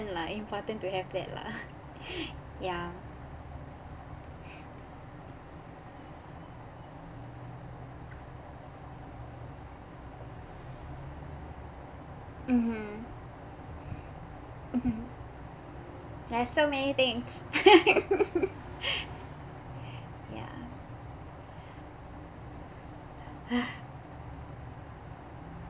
lah important to have that lah ya mmhmm mmhmm ya so many things ya